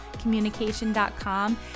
communication.com